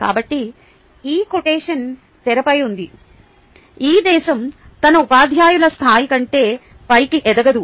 కాబట్టి ఈ కొటేషన్ తెరపై ఉంది ఏ దేశం తన ఉపాధ్యాయుల స్థాయి కంటే పైకి ఎదగదు